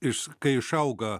iš kai išauga